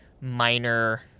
minor